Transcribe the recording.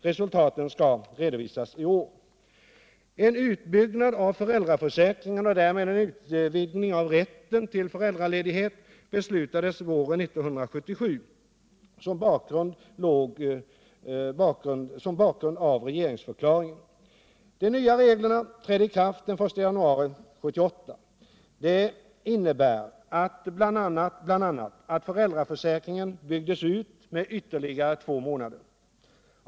Resultaten skall redovisas i år. En utbyggnad av föräldraförsäkringen och därmed en utvidgning av rätten till föräldraledighet beslutades våren 1977 mot bakgrund av regeringsförklaringen. De nya reglerna trädde i kraft den 1 januari 1978. De innebär bl.a. att föräldraförsäkringen byggts ut med ytterligare två månader.